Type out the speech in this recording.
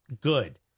good